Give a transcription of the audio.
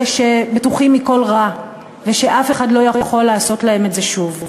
אלה שבטוחים מכל רע ושאף אחד לא יכול לעשות להם את זה שוב.